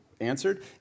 answered